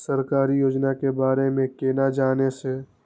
सरकारी योजना के बारे में केना जान से?